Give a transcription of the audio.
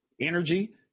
energy